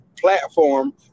platform